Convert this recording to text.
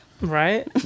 Right